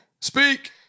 speak